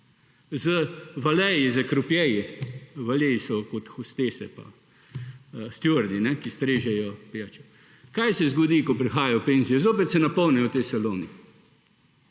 z valeji, s krupjeji? Valeji so hostese in stevardi, ki strežejo pijače. Kaj se zgodi, ko prihajajo v penzijo? Zopet se napolnijo ti saloni.